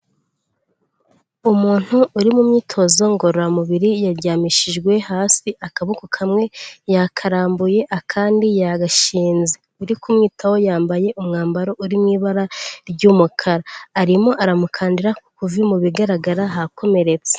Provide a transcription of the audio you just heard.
Umuntu uri mu myitozo ngororamubiri yaryamishijwe hasi, akaboko kamwe yakarambuye akandi yagashinze, uri kumwitaho yambaye umwambaro uri mu ibara ry'umukara, arimo aramukandira ku ivi, mu bigaragara hakomeretse.